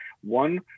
One